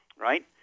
right